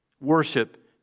Worship